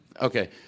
Okay